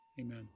Amen